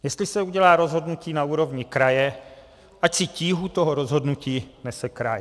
Jestli se udělá rozhodnutí na úrovni kraje, ať si tíhu toho rozhodnutí nese kraj.